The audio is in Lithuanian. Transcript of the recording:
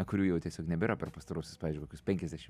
kurių jau tiesiog nebėra per pastaruosius pavyzdžiui kokius penkiasdešim